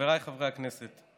חבריי חברי הכנסת,